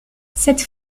cette